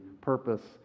purpose